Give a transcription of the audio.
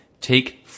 take